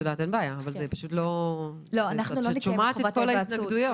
את שומעת את כל ההתנגדויות.